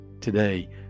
Today